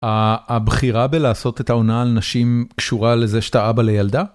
הבחירה בלעשות את העונה על נשים קשורה לזה שאתה אבא לילדה?